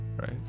right